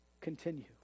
continue